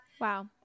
Wow